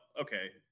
okay